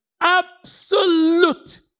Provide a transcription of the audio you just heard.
absolute